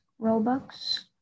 Robux